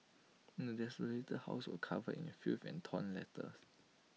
the desolated house were covered in filth and torn letters